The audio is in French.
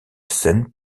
scène